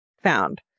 found